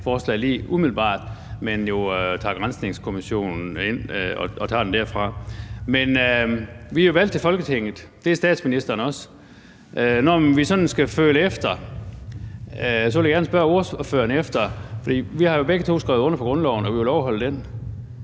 forslag lige umiddelbart, men vil afvente granskningskommissionen og tage den derfra. Men vi er jo valgt til Folketinget; det er statsministeren også. Når vi sådan skal føle efter, vil jeg gerne spørge ordføreren, for vi har jo begge to skrevet under på at ville overholde